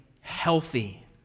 healthy